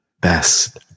best